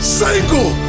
single